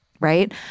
right